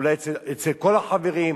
אולי אצל כל החברים,